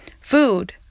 food